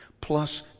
plus